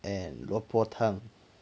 and 萝卜汤